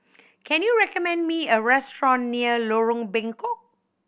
can you recommend me a restaurant near Lorong Bengkok